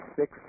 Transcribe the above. six